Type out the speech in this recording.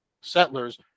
settlers